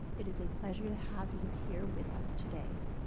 it is a pleasure to have you here with us today,